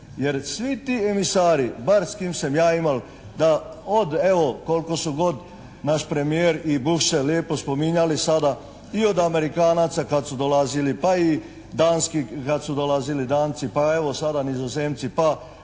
Jer svi ti emisari, bar s kim sem ja imal da od evo koliko su god naš premijer i Bush se lepo spominjali sada i od Amerikanaca kad su dolazili pa i danski kad su dolazili, Danci, pa evo sada Nizozemci, pa